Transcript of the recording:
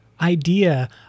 idea